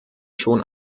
schon